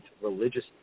religious